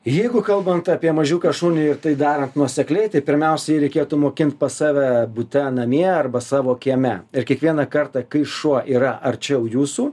jeigu kalbant apie mažiuką šunį ir tai darant nuosekliai tai pirmiausiai jį reikėtų mokint pas save bute namie arba savo kieme ir kiekvieną kartą kai šuo yra arčiau jūsų